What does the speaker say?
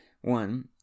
One